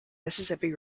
mississippi